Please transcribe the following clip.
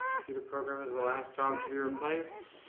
computer programmers the last job to be replaced?